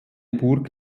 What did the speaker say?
burg